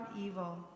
evil